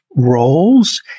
roles